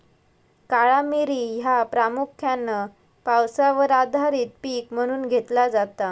काळा मिरी ह्या प्रामुख्यान पावसावर आधारित पीक म्हणून घेतला जाता